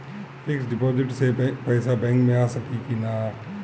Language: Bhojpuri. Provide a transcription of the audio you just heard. फिक्स डिपाँजिट से पैसा बैक मे आ सकी कि ना?